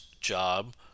job